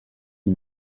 you